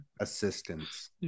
Assistance